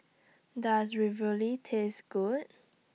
Does Ravioli Taste Good